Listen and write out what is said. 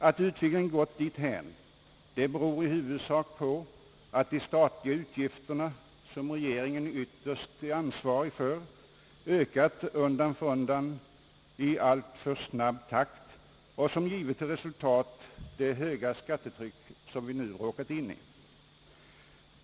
Att utvecklingen gått dithän, beror i huvudsak på att de statliga utgifterna, som regeringen ytterst är ansvarig för, ökat undan för undan i alltför snabb takt, vilket givit till resultat det höga skattetryck som vi nu råkat ut för.